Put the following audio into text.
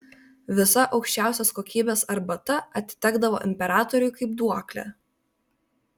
visa aukščiausios kokybės arbata atitekdavo imperatoriui kaip duoklė